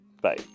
Bye